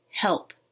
Help